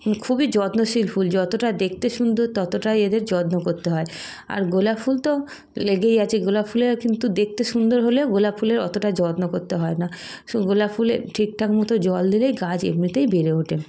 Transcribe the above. খুবই যত্নশীল ফুল যতটা দেখতে সুন্দর ততটাই এদের যত্ন করতে হয় আর গোলাপ ফুল তো লেগেই আছে গোলাপ ফুলের কিন্তু দেখতে সুন্দর হলেও গোলাপ ফুলের অতটা যত্ন করতে হয় না গোলাপ ফুলের ঠিকঠাক মতো জল দিলেই গাছ এমনিতেই বেড়ে ওঠে